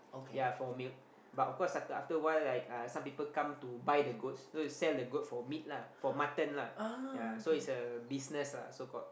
yea for milk but of course after after a while like uh some people come to buy the goats so they sell the goat for meat lah for mutton lah yea so it's a business lah so called